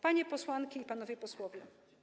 Panie Posłanki i Panowie Posłowie!